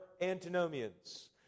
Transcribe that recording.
antinomians